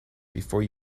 before